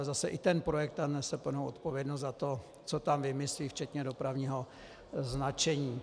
Ale zase i projektant nese plnou odpovědnost za to, co tam vymyslí, včetně dopravního značení.